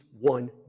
one